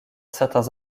certains